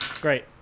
Great